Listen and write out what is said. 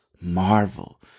Marvel